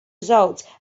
results